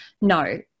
No